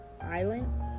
island